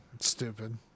Stupid